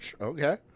Okay